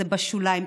זה בשוליים.